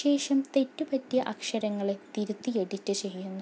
ശേഷം തെറ്റുപറ്റിയ അക്ഷരങ്ങളെ തിരുത്തി എഡിറ്റ് ചെയ്യുന്നു